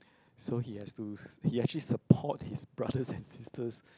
so he has to he actually support his brothers and sisters